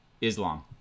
Islam